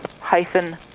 hyphen